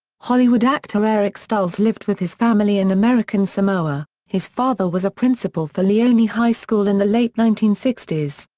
hollywood actor eric stoltz lived with his family in american samoa, his father was a principal for leone high school in the late nineteen sixty s.